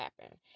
happen